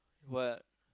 what